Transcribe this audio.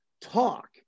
talk